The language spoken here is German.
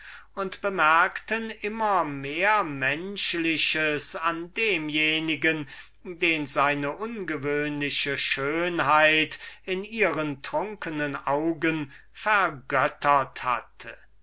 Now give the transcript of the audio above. und bemerkten immer mehr menschliches an demjenigen den seine ungewöhnliche schönheit in ihren trunknen augen vergöttert hatte